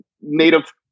native